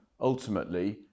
ultimately